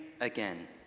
again